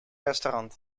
restaurant